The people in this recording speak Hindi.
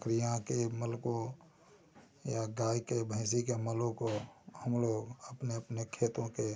बकरियाँ के मल को या गाय के भैंसी के मलों को हम लोग अपने अपने खेतों के